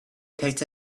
picked